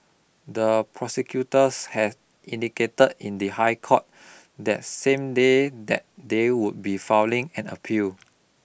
the prosecutors had indicated in the High Court that same day that they would be filing an appeal